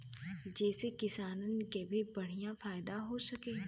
जेसे किसानन के भी बढ़िया फायदा हो सके